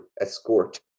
escort